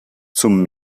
zum